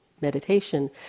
meditation